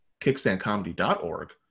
kickstandcomedy.org